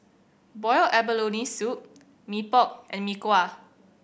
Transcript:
boiled abalone soup Mee Pok and Mee Kuah